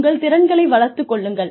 உங்கள் திறன்களை வளர்த்துக் கொள்ளுங்கள்